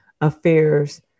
affairs